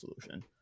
solution